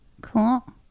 Cool